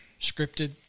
scripted